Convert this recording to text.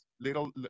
little